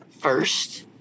first